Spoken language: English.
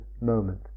moment